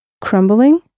crumbling